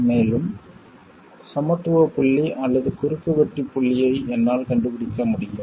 மேலும் சமத்துவப் புள்ளி அல்லது குறுக்குவெட்டுப் புள்ளியை என்னால் கண்டுபிடிக்க முடியும்